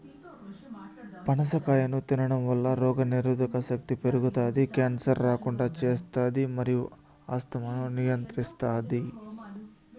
పనస కాయను తినడంవల్ల రోగనిరోధక శక్తి పెరుగుతాది, క్యాన్సర్ రాకుండా చేస్తాది మరియు ఆస్తమాను నియంత్రిస్తాది